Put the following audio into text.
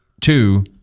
Two